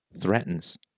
threatens